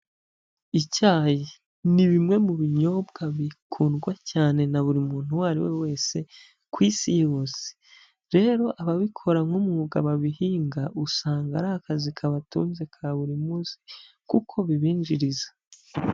Icyayi ni bimwe mu binyobwa bikundwa cyane na buri muntu uwo ari we wese ku isi yose. Rero ababikora nk'umwuga babihinga usanga ari akazi kabatunze ka buri munsi kuko bibinjiriza.